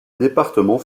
département